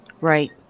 right